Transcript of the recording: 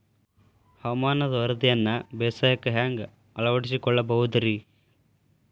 ಹವಾಮಾನದ ವರದಿಯನ್ನ ಬೇಸಾಯಕ್ಕ ಹ್ಯಾಂಗ ಅಳವಡಿಸಿಕೊಳ್ಳಬಹುದು ರೇ?